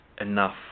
enough